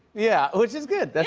yeah, which is good. that's